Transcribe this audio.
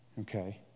okay